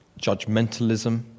judgmentalism